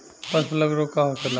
पशु प्लग रोग का होखेला?